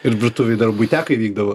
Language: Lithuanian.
ir virtuvėj dar buitekai vykdavo